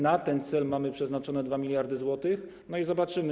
Na ten cel mamy przeznaczone 2 mld zł, no i zobaczymy.